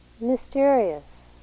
Mysterious